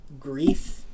grief